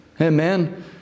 amen